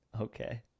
okay